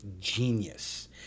genius